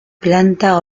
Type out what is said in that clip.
planta